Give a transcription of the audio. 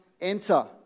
enter